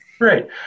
Right